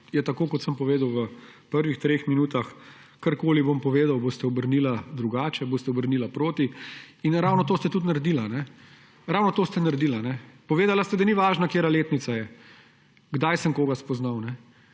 Je tako, kot sem povedal v prvih treh minutah, karkoli bom povedal, boste obrnili drugače, boste obrnili proti in ravno to ste tudi naredili. Ravno to ste naredili. Povedali ste, da ni važno, katera letnica je, kdaj sem koga spoznal.